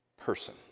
person